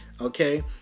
Okay